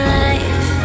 life